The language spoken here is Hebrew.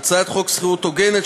התשע"ה 2015,